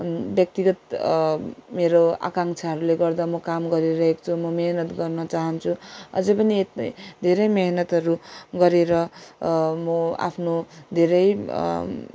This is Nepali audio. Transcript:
व्यक्तिगत मेरो आकाङ्क्षाहरूले गर्दा म काम गरिरहेको छु म मिहिनेत गर्न चाहन्छु अझै पनि यति धेरै मिहिनेतहरू गरेर म आफ्नो धेरै